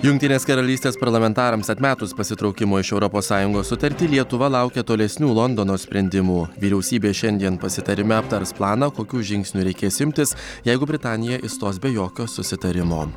jungtinės karalystės parlamentarams atmetus pasitraukimo iš europos sąjungos sutartį lietuva laukia tolesnių londono sprendimų vyriausybė šiandien pasitarime aptars planą kokių žingsnių reikės imtis jeigu britanija išstos be jokio susitarimo